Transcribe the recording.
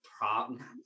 problem